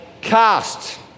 cast